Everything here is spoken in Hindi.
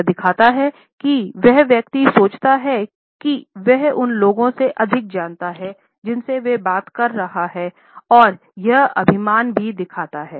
यह दिखाता हैं कि वह व्यक्ति सोचता है कि वह उन लोगों से अधिक जानता है जिनसे वह बात कर रहा है और यह अभिमान भी दिखाता है